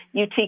UT